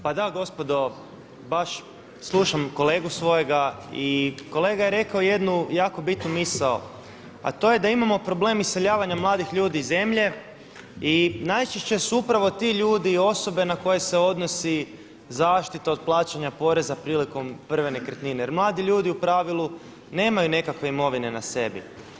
Pa da gospodo, baš slušam kolegu svojega i kolega je rekao jednu jako bitnu misao, a to je da imamo problem iseljavanja mladih ljudi iz zemlje i najčešće su upravo ti ljudi i osobe na koje se odnosi zaštita od plaćanja poreza prilikom prve nekretnine jer mladi ljudi u pravilu nemaju nekakve imovine na sebi.